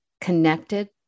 connected